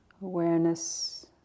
awareness